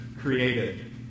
created